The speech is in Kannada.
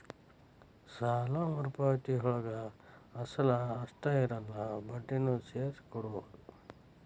ಸಾಲ ಮರುಪಾವತಿಯೊಳಗ ಅಸಲ ಅಷ್ಟ ಇರಲ್ಲ ಬಡ್ಡಿನೂ ಸೇರ್ಸಿ ಕೊಡೋದ್